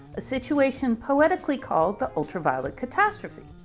a situation poetically called the ultraviolet catastrophe.